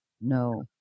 No